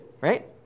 right